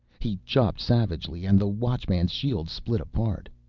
he chopped savagely, and the watchmans's shield split apart.